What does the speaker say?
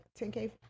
10K